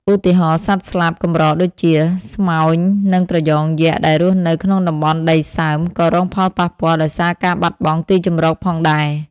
ឧទាហរណ៍ សត្វស្លាបកម្រដូចជា ស្មោញ និង ត្រយ៉ងយក្ស ដែលរស់នៅក្នុងតំបន់ដីសើម ក៏រងផលប៉ះពាល់ដោយសារការបាត់បង់ទីជម្រកផងដែរ។